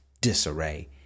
disarray